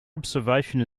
observation